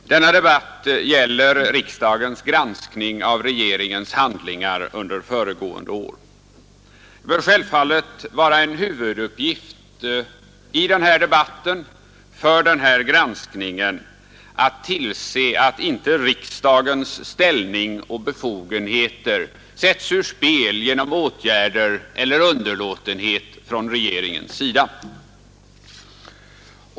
Herr talman! Denna debatt gäller riksdagens granskning av regeringens handlingar under föregående år. Det bör självfallet vara en huvuduppgift i den här debatten och för den här granskningen att tillse att inte riksdagens ställning och befogenheter sätts ur spel genom åtgärder eller underlåtenhet från regeringens sida.